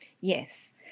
Yes